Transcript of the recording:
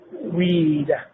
weed